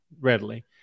readily